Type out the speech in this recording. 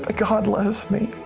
ah god loves me.